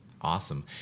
awesome